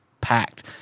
packed